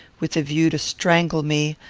with a view to strangle me,